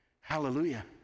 hallelujah